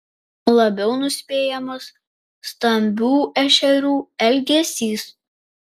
labiau nuspėjamas stambių ešerių elgesys